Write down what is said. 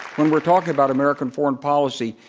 when we're talking about american foreign policy,